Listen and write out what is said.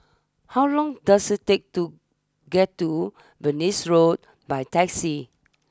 how long does it take to get to Venus Road by taxi